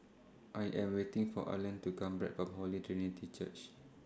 I Am waiting For Arlen to Come Back from Holy Trinity Church